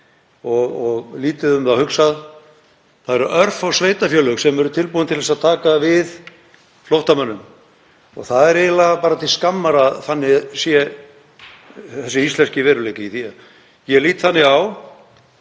og lítið er um þá hugsað. Það eru örfá sveitarfélög sem eru tilbúin til að taka við flóttamönnum og það er eiginlega til skammar að þannig sé þessi íslenski veruleiki. Ég lít þannig á